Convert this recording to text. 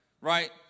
Right